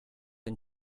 and